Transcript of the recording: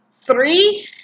three